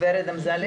ורד אמזלג